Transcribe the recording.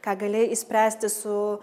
ką gali išspręsti su